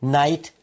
night